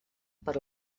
per